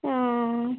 ও